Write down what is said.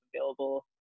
available